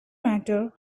matter